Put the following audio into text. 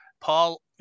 Paul